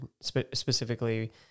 specifically